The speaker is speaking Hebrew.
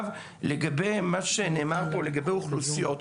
לגבי מה שנאמר פה לגבי אוכלוסיות.